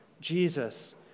Jesus